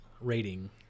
rating